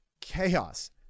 chaos